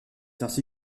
ainsi